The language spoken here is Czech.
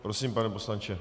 Prosím, pane poslanče.